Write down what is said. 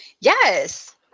Yes